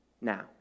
Now